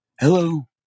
hello